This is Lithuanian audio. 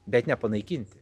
bet nepanaikinti